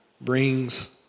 brings